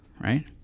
right